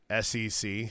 SEC